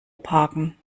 parken